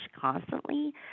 constantly